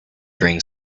bring